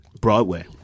Broadway